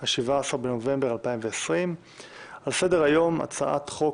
17 בנובמבר 2020. על סדר היום: הצעת חוק